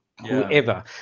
whoever